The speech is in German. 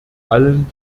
allem